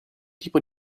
tipo